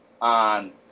on